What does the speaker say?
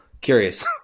curious